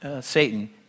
Satan